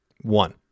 One